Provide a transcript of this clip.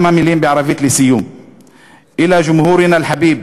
כמה מילים בערבית (אומר דברים בשפה הערבית,